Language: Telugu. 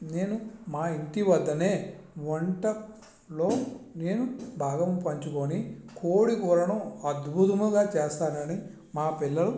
నేను మా ఇంటి వద్దనే వంటలో నేను భాగం పంచుకొని కోడి కూరను అద్భుతముగా చేస్తానని మా పిల్లలు